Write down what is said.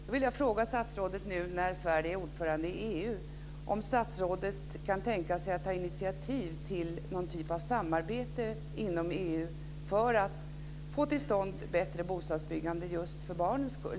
Då vill jag fråga om statsrådet nu när Sverige är ordförande i EU kan tänka sig att ta initiativ till någon typ av samarbete inom EU för att få till stånd bättre bostadsbyggande just för barnens skull.